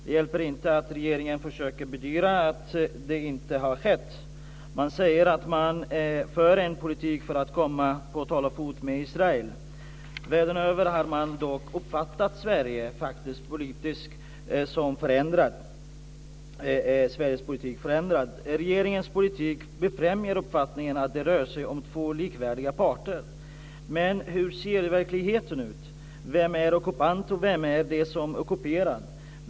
Det hjälper inte att regeringen försöker bedyra att det inte har skett. Man säger att man är för en politik för att komma på talefot med Israel. Världen över har det dock uppfattats som att Sveriges politik är förändrad. Regeringens politik befrämjar uppfattningen att det rör sig om två likvärdiga parter, men hur ser verkligheten ut? Vem är ockupant, och vem är det som ockuperas?